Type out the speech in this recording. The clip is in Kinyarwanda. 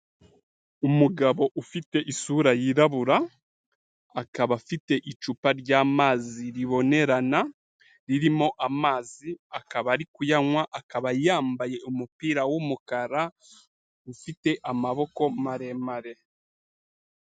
Umugabo ufite isura yirabura, akaba afite icupa ry'amazi ribonerana ririmo amazi, akaba ari kuyanywa, akaba yambaye umupira w'umukara ufite amaboko maremare.